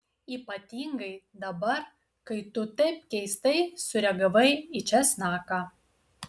ypatingai dabar kai tu taip keistai sureagavai į česnaką